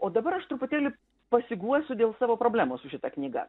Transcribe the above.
o dabar aš truputėlį pasiguosiu dėl savo problemos su šita knyga